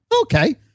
okay